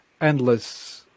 endless